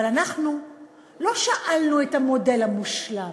אבל אנחנו לא שאלנו את המודל המושלם.